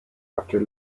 after